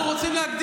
אתה לא מבין למה,